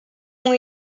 ont